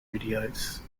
videos